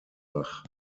bach